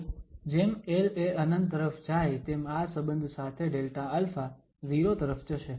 તો જેમ l એ ∞ તરફ જાય તેમ આ સબંધ સાથે Δα 0 તરફ જશે